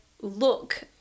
look